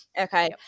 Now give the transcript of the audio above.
Okay